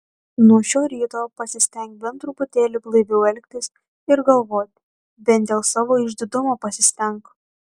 nuo šio ryto pasistenk bent truputėlį blaiviau elgtis ir galvoti bent dėl savo išdidumo pasistenk